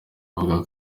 avuga